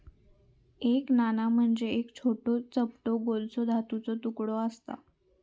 एक नाणा म्हणजे एक छोटो, चपटो गोलसो धातूचो तुकडो आसता